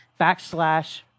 backslash